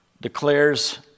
declares